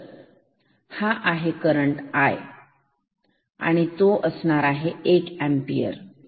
तर हा आहे करंट I मग तो होणार आहे 1 एंपियर